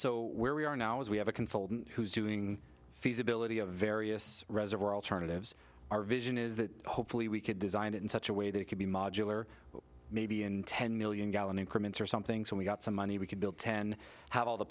so where we are now is we have a consultant who's doing the feasibility of various reservoir alternatives our vision is that hopefully we could design it in such a way that it could be modular maybe in ten million gallon increments or something so we got some money we could build ten have all the